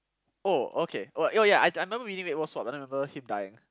oh okay oh oh ya I I remember we reading but I don't remember him dying